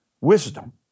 Wisdom